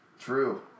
True